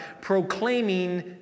proclaiming